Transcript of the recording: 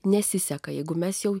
nesiseka jeigu mes jau